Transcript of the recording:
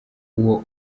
uwo